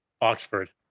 oxford